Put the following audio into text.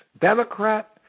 Democrat